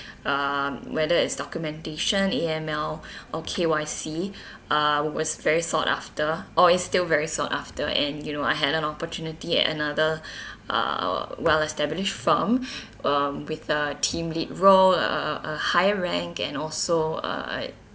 um whether it's documentation E_M_L or K_Y_C uh was very sought after or is still very sought after and you know I had an opportunity at another uh well established firm um with a team lead role a a a high rank and also uh I